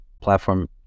platform